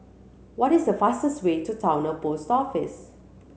what is the fastest way to Towner Post Office